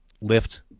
lift